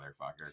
motherfucker